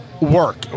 work